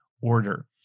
order